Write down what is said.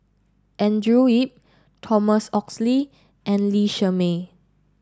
Andrew Yip Thomas Oxley and Lee Shermay